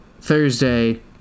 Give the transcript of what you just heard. Thursday